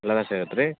ಎಲ್ಲನೂ ಸೇರತ್ತೆ ರೀ